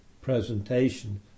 presentation